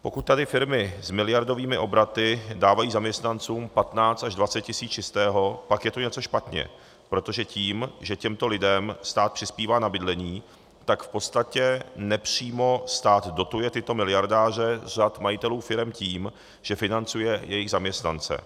Pokud tady firmy s miliardovými obraty dávají zaměstnancům 15 až 20 tisíc čistého, pak je tu něco špatně, protože tím, že těmto lidem stát přispívá na bydlení, v podstatě nepřímo stát dotuje tyto miliardáře z řad majitelů firem tím, že financuje jejich zaměstnance.